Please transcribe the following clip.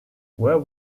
where